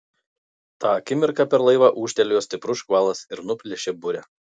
tą akimirką per laivą ūžtelėjo stiprus škvalas ir nuplėšė burę